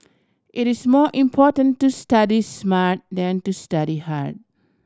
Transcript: it is more important to study smart than to study hard